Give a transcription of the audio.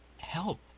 help